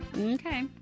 Okay